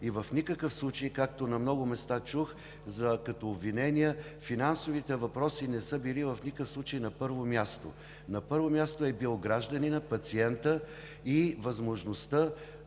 и в никакъв случай, както на много места чух като обвинения, финансовите въпроси не са били на първо място. На първо място е бил гражданинът, пациентът и възможността